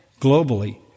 globally